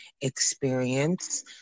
experience